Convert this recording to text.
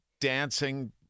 Dancing